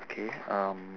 K um